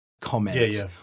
comments